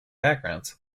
backgrounds